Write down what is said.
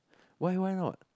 why why not